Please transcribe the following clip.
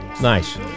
Nice